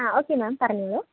ആ okay ma'am പറഞ്ഞോളൂ